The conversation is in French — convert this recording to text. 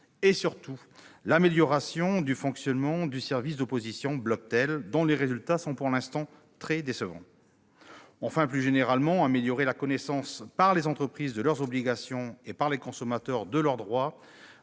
et, surtout, l'amélioration du fonctionnement du service d'opposition Bloctel, dont les résultats sont pour l'instant très décevants. Enfin, plus généralement, il faut améliorer la connaissance par les entreprises de leurs obligations et par les consommateurs de leur droit